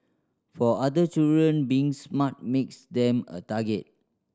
for other children being smart makes them a target